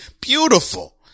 Beautiful